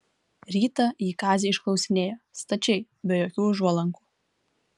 rytą ji kazį išklausinėjo stačiai be jokių užuolankų